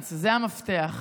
חשוב.